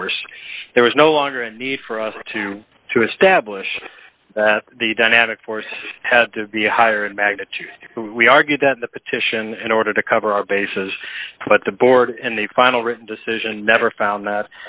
force there was no longer a need for us to to establish that the dynamic force had to be higher in magnitude we argued that the petition in order to cover our bases put the board and the final written decision never found